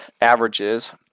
averages